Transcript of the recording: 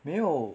没有